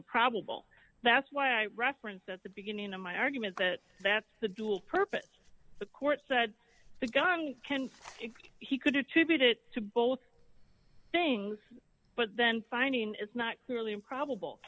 improbable that's why i referenced at the beginning of my argument that that's the dual purpose the court said the gun can he could attribute it to both things but then finding it's not really improbable